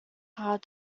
hard